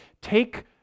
take